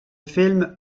film